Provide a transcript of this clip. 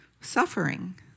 suffering